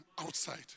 outside